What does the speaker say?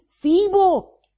feeble